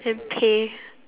and pay